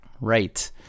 Right